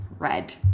Red